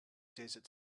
desert